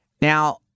Now